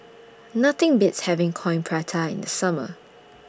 Nothing Beats having Coin Prata in The Summer